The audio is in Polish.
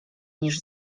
niż